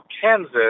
Kansas